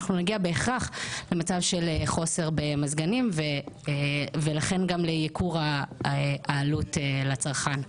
אנחנו נגיע בהכרח למצב של חוסר במזגנים ולכן גם לייקור העלות לצרכן.